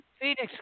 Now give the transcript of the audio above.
Phoenix